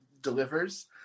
delivers